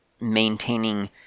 maintaining